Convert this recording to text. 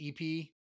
EP